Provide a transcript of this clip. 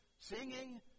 singing